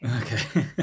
Okay